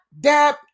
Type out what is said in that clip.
dab